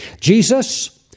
Jesus